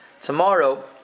tomorrow